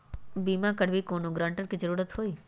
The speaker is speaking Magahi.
बिमा करबी कैउनो गारंटर की जरूरत होई?